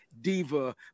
diva